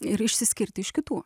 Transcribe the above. ir išsiskirti iš kitų